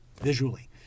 visually